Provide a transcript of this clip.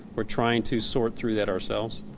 we're trying to sort through that ourselves.